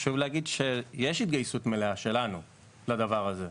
חשוב להגיד שיש התגייסות מלאה שלנו לדבר הזה.